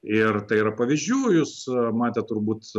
ir tai yra pavyzdžių jūsų matėt turbūt